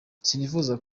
sinifuza